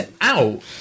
out